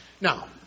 Now